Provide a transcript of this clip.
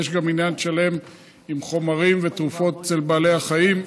יש גם עניין שלם עם חומרים ותרופות אצל בעלי החיים,